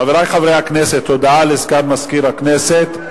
חברי חברי הכנסת, הודעה לסגן מזכיר הכנסת.